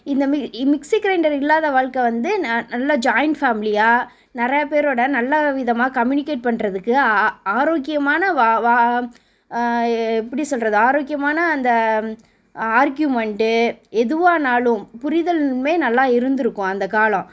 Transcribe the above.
இந்த மி இ மிக்ஸி க்ரைண்டர் இல்லாத வாழ்க்க வந்து ந நல்ல ஜாயிண்ட் ஃபேமிலியாக நிறைய பேரோடு நல்லவிதமாக கம்யூனிகேட் பண்ணுறதுக்கு ஆ ஆரோக்கியமான வா வா எ எப்படி சொல்கிறது ஆரோக்கியமான அந்த ஆர்க்யூமண்ட்டு எதுவானாலும் புரிதலுமே நல்லா இருந்துருக்கும் அந்தக் காலம்